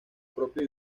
propio